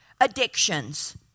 addictions